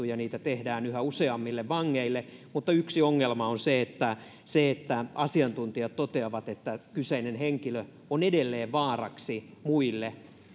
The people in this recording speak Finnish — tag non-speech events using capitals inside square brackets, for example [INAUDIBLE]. [UNINTELLIGIBLE] ja niitä tehdään yhä useammille vangeille mutta yksi ongelma on se että se että kun asiantuntijat toteavat että kyseinen henkilö on edelleen vaaraksi muille